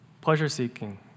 pleasure-seeking